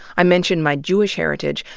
i mentioned my jewish heritage,